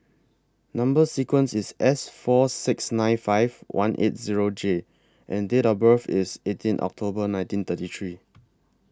Number sequence IS S four six nine five one eight Zero J and Date of birth IS eighteen October nineteen thirty three